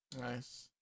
Nice